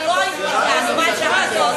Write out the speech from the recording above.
מה קרה, אקוניס?